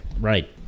Right